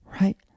right